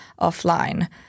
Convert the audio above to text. offline